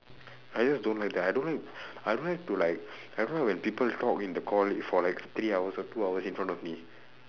I just don't like that I don't know I don't like to like I don't like when people talk in the call for like three hours or two hours in front of me